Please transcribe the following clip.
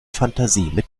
fantasie